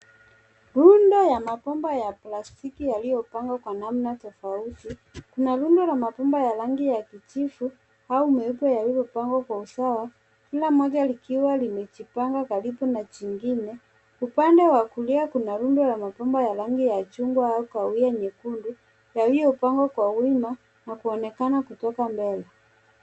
Rundo ya mabomba ya plastiki yaliopangwa kwa namna tofauti, kuna rundo la mabomba ya rangi ya kijivu, au meupe yaliopangwa kwa usawa, kila moja likiwa limejipanga karibu na jingine. Upande wa kulia kuna rundo la mabomba ya rangi ya chungwa, au kahawia nyekundu, yaliopangwa kwa wima, na kuonekana kutoka mbele.